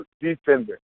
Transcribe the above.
defender